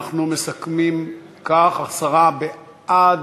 אנחנו מסכמים כך: עשרה בעד,